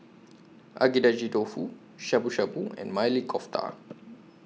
Agedashi Dofu Shabu Shabu and Maili Kofta